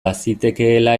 bazitekeela